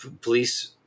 police